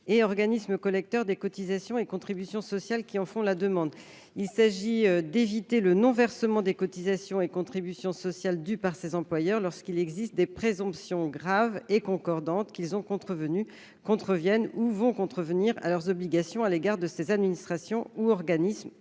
et organismes collecteurs des cotisations et contributions sociales qui en font la demande. En effet, il s'agit d'éviter le non-versement des cotisations et contributions sociales dues par ces employeurs lorsqu'il existe des présomptions graves et concordantes qu'ils ont contrevenu, qu'ils contreviennent ou qu'ils contreviendront à leurs obligations à l'égard de ces administrations et organismes,